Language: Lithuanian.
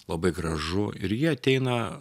labai gražu ir jie ateina